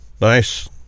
nice